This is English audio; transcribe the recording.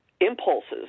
impulses